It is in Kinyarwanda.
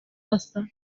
basa